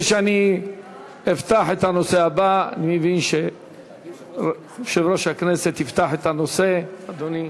אני מבין שיושב-ראש הכנסת יפתח את הנושא הבא.